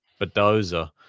Badoza